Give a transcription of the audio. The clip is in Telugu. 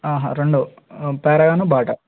ఆహా రెండు పారగాను బాటా